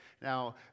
now